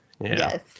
Yes